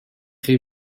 chi